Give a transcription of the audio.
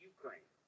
Ukraine